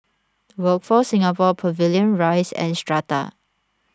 Workforce Singapore Pavilion Rise and Strata